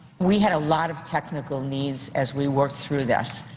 we had a lot of technical needs as we worked through this.